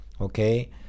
okay